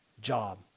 job